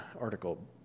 article